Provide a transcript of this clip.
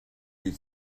you